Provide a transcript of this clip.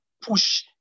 push